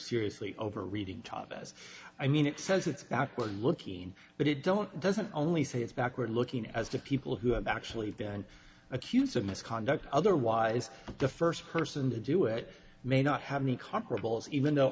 seriously over reading top as i mean it says it's backward looking but it don't doesn't only say it's backward looking as to people who have actually been accused of misconduct otherwise the first person to do it may not have any comparables even though